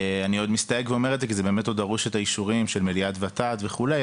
אני מסתייג ואומר את זה כי זה עדיין דרוש אישורים של מליאת ות"ת וכדומה.